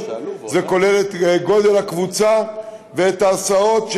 זה כולל את גודל הקבוצה ואת ההסעות,